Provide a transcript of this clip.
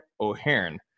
O'Hearn